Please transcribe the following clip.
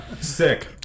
sick